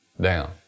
down